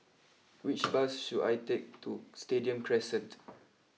which bus should I take to Stadium Crescent